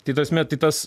tai ta prasme tai tas